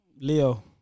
Leo